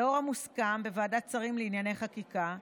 לאור המוסכם בוועדת שרים לענייני חקיקה,